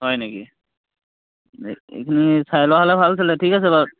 হয় নেকি এইখিনি চাই লোৱা হ'লে ভাল আছিলে ঠিক আছে বাৰু